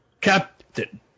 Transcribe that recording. captain